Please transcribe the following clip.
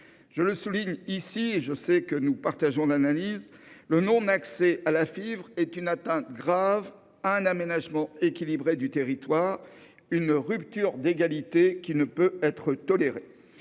Je le souligne ici, et je sais que nous partageons cette analyse, le non-accès à la fibre porte gravement atteinte à un aménagement équilibré du territoire et constitue une rupture d'égalité qui ne peut être tolérée.